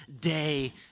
day